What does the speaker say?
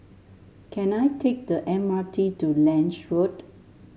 can I take the M R T to Lange Road